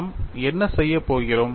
நாம் என்ன செய்யப் போகிறோம்